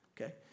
Okay